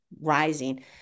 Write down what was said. rising